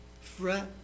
Fret